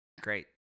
Great